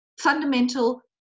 fundamental